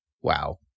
Wow